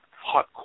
hot